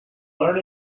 learn